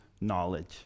knowledge